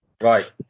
right